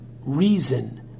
reason